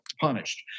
punished